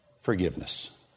forgiveness